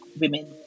women